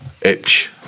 Itch